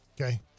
Okay